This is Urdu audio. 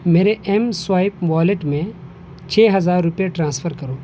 میرے ایم سوائپ والیٹ میں چھ ہزار روپے ٹرانسفر کرو